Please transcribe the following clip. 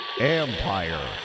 Empire